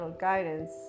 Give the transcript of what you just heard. guidance